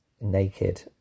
naked